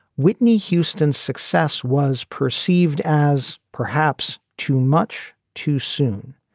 whitney houston's success was perceived as perhaps too much, too soon.